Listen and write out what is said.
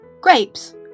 grapes